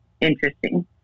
interesting